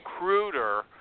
recruiter